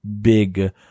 big